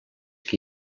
que